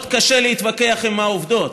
מאוד קשה להתווכח עם העובדות.